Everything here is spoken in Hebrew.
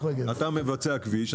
אתה מבצע כביש,